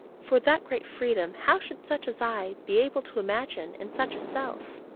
for, that great freedom how should such as i be able to imagine in such a self?